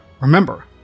remember